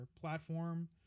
platform